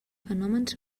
fenòmens